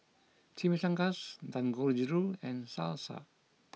Chimichangas Dangojiru and Salsa